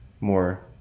more